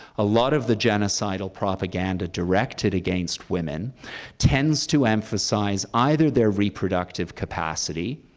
a lot of the genocidal propaganda directed against women tends to emphasize either their reproductive capacity,